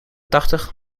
tachtig